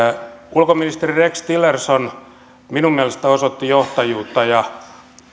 ulkoministeri rex tillerson minun mielestäni osoitti johtajuutta ja